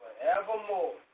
forevermore